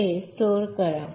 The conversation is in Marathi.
ते जतन करा